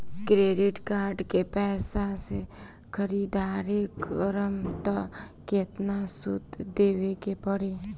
Credit card के पैसा से ख़रीदारी करम त केतना सूद देवे के पड़ी?